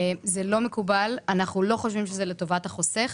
זה לא מקובל, ואנחנו לא חושבים שזה לטובת החוסך.